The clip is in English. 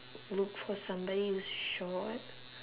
look for somebody who's short